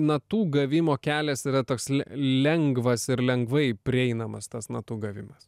natų gavimo kelias yra toks le lengvas ir lengvai prieinamas tas natų gavimas